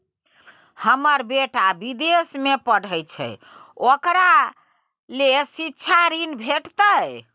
हमर बेटा विदेश में पढै छै ओकरा ले शिक्षा ऋण भेटतै?